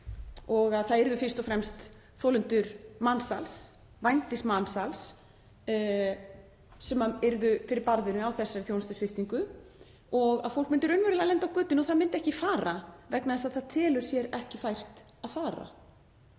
og að það væru fyrst og fremst þolendur mansals, vændismansals, sem yrðu fyrir barðinu á þessari þjónustusviptingu og að fólk myndi raunverulega lenda á götunni og það myndi ekki fara vegna þess að það teldi sér ekki fært að fara